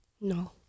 No